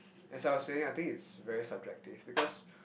as I was saying I think is very subjective because